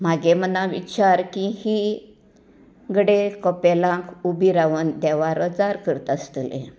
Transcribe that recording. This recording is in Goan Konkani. मागे मना विचार की ही घडये कपेलांत उबी रावन देवा रोजार करता आसतली